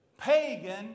pagan